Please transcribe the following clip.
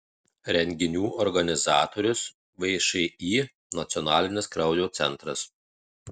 renginių organizatorius všį nacionalinis kraujo centras